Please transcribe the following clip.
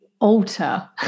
alter